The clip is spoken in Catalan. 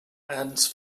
ens